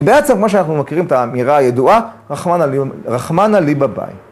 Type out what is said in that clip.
בעצם מה שאנחנו מכירים את האמירה הידועה, רחמנה לי בבית.